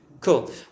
Cool